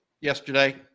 yesterday